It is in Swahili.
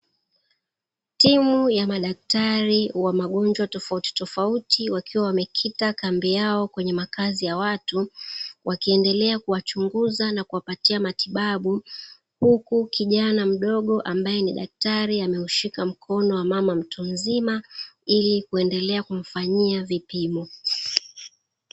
Timu ya madaktari wa magonjwa tofautitofauti wakiwa wamekita kambi yao kwenye makazi ya watu, wakiendelea kuwachunguza na kuwapatia matibabu, huku kijana mdogo ambaye ni daktari ameushika mkono wa mama mtu mzima, ili kuendelea kumfanyia vipimo.